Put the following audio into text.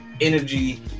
energy